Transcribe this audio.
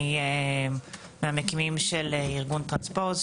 אני מהמקימים של ארגון טרנספוז,